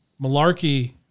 Malarkey